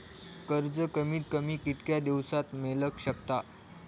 कर्ज कमीत कमी कितक्या दिवसात मेलक शकता?